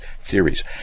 theories